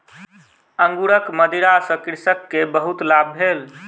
अंगूरक मदिरा सॅ कृषक के बहुत लाभ भेल